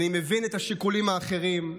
אני מבין את השיקולים האחרים,